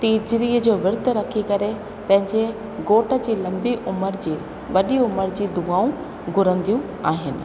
तीजड़ीअ जो विर्तु रखी करे पंहिंजे घोट जे लंबी उमिरि जे वॾी उमिरि जूं दुआऊं घुरंदियूं आहिनि